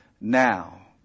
now